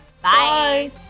bye